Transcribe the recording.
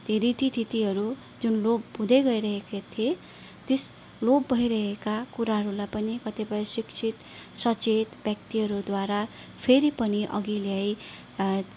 ती रीति थितिहरू जुन लोप हुँदै गइरहेका थिए त्यस लोप भइरहेका कुराहरूलाई पनि कतिपय शिक्षित सचेत व्यक्तिहरूद्वारा फेरि पनि अघि ल्याई